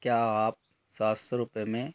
क्या आप सात सौ रुपये में